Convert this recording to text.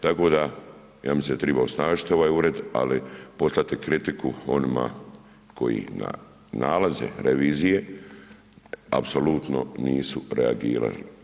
Tako da ja mislim, da triba osnažiti ovaj ured, ali poslati kritiku onima koji na nalaze revizije apsolutno nisu reagirali.